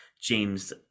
James